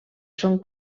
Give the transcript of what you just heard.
són